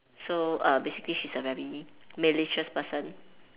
so err basically she's a very malicious person